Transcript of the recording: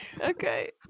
Okay